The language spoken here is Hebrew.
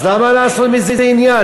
אז למה לעשות מזה עניין?